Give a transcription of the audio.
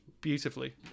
beautifully